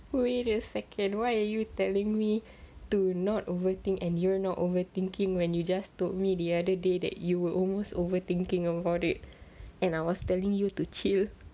wait a second why are you telling me to not overthink and you're not overthinking when you just told me the other day that you were almost overthinking about it and I was telling you to chill